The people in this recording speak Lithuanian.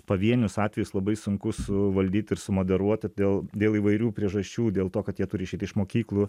pavienius atvejus labai sunku suvaldyt ir sumoderuoti dėl dėl įvairių priežasčių dėl to kad jie turi išeit iš mokyklų